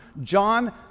John